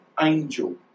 angel